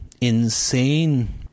insane